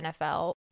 NFL